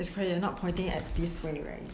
this correct not pointing at this way right